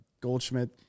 Goldschmidt